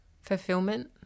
fulfillment